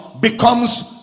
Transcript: becomes